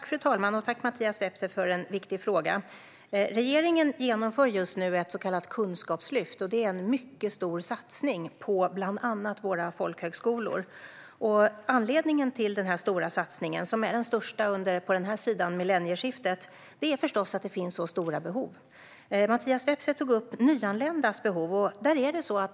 Fru talman! Tack, Mattias Vepsä, för en viktig fråga! Regeringen genomför just nu ett så kallat kunskapslyft, och det är en mycket stor satsning på bland annat våra folkhögskolor. Anledningen till denna stora satsning, som är den största på den här sidan millennieskiftet, är förstås att det finns så stora behov. Mattias Vepsä tog upp nyanländas behov.